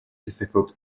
difficult